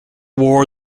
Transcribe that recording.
war